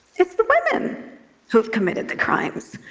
it's the women who've committed the crimes.